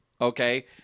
okay